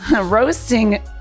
Roasting